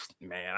man